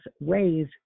ways